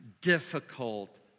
difficult